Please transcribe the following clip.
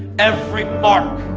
every mark.